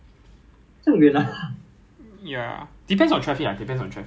ya then if 我给你一个 tip ah if you want to board nine seven five right